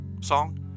song